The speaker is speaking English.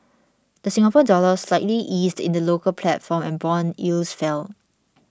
the Singapore Dollar slightly eased in the local platform and bond yields fell